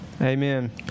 Amen